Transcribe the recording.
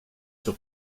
sur